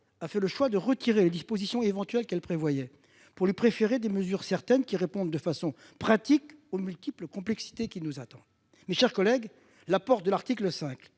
a fait le choix de supprimer les dispositions éventuelles qu'il prévoyait pour lui préférer des mesures certaines, qui répondent de façon pratique aux multiples complexités qui nous attendent. Mes chers collègues, les apports de l'article 5